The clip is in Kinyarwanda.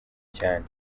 cyane